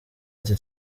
ati